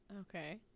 Okay